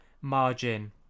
margin